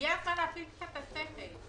הגיע הזמן להפעיל קצת את השכל.